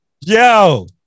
yo